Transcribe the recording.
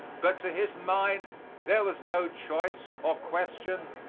but to his mind there was no choice or question.